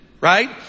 right